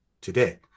today